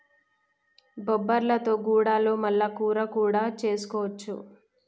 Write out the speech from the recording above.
బొబ్బర్లతో గుడాలు మల్ల కూర కూడా చేసుకోవచ్చు